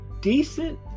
decent